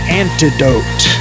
antidote